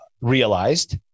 realized